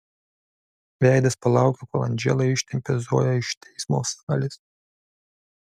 veidas palaukia kol andžela ištempia zoją iš teismo salės